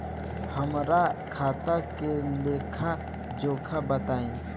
हमरा खाता के लेखा जोखा बताई?